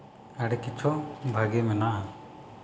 ᱟᱹᱰᱤ ᱠᱤᱪᱷᱩ ᱵᱷᱟᱹᱜᱤ ᱢᱮᱱᱟᱜᱼᱟ